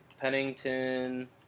Pennington